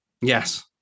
Yes